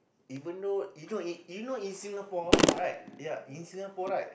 even though you know you know in Singapore right ya in Singapore right